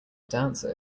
dancer